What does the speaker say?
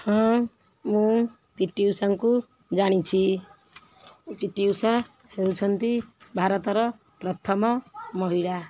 ହଁ ମୁଁ P T ଉଷାଙ୍କୁ ଜାଣିଛି ପିଟି ଉଷା ହେଉଛନ୍ତି ଭାରତର ପ୍ରଥମ ମହିଳା